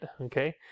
Okay